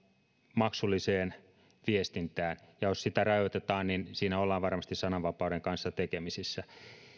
maksulliseen viestintään ja jos sitä rajoitetaan niin siinä ollaan varmasti sananvapauden kanssa tekemisissä